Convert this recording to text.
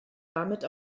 damit